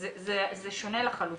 זה שונה לחלוטין.